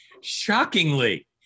Shockingly